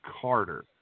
Carter